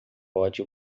pode